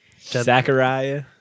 Zachariah